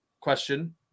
question